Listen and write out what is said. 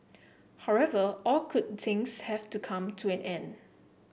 however all good things have to come to an end